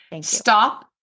Stop